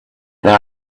there